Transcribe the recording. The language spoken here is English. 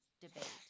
debate